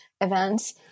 events